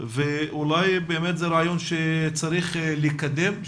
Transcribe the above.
אולי באמת זה רעיון שצריך לקדם,